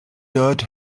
dirt